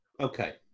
Okay